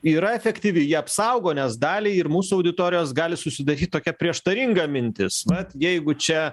yra efektyvi ji apsaugo nes daliai ir mūsų auditorijos gali susidaryt tokia prieštaringa mintis vat jeigu čia